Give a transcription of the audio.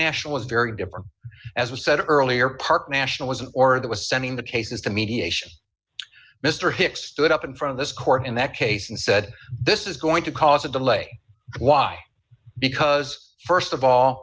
national is very different as was said earlier park nationalism or that was sending the cases to mediation mr hicks stood up in front of this court in that case and said this is going to cause a delay why because st of all